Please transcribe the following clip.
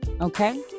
okay